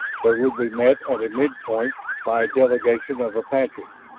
but would be met at a mid-point by a delegation of apaches.